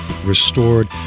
restored